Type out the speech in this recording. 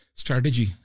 strategy